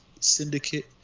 Syndicate